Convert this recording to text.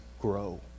grow